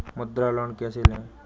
मुद्रा लोन कैसे ले?